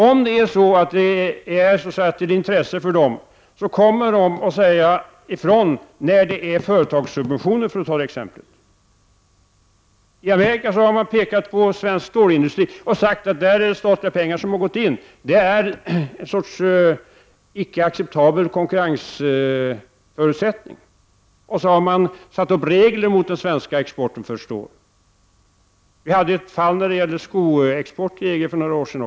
Om EG har intresse av det så kommer EG att säga ifrån när det är fråga om t.ex. företagssubventioner. I Amerika har man pekat på svensk stålindustri och sagt att statliga pengar har gått in i dessa företag, vilket av amerikanerna anses som en icke acceptabel konkurrensförutsättning. Sedan har man satt upp regler mot den svenska exporten för stål. Vi hade också ett fall när det gäller skoexport till EG för några år sedan.